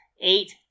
eight